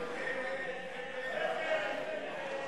ההסתייגות של חברי הכנסת שלמה מולה,